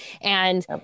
And-